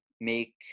make